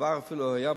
הדבר אפילו היה בבג"ץ.